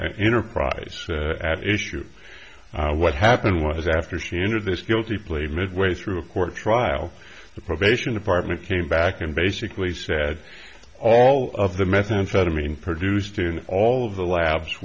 enterprise at issue what happened was after she entered this guilty plea midway through a court trial the probation department came back and basically said all of the methamphetamine produced in all of the labs